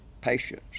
patience